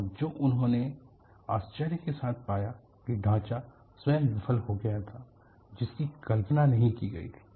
और जो उन्होंने आश्चार्य के साथ पाया कि ढाचा स्वयं विफल हो गया था जिसकी कल्पना नहीं की गई थी